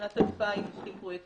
בשנת 2000 הוסיפו חיסון